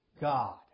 God